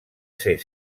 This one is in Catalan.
ser